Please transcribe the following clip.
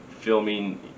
filming